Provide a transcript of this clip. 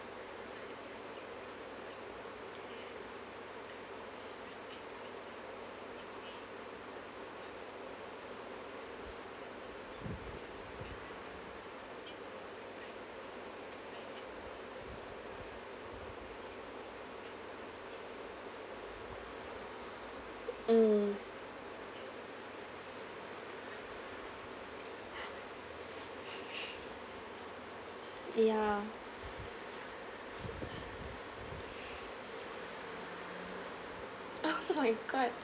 mm ya oh my god